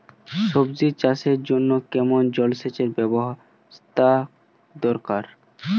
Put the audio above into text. সবজি চাষের জন্য কেমন জলসেচের ব্যাবস্থা দরকার?